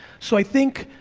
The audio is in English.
so, i think,